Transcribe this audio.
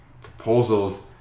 proposals